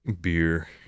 beer